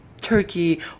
turkey